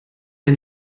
ein